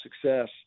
success